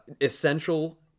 essential